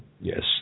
Yes